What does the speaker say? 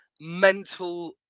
mental